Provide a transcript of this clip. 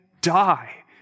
die